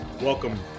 welcome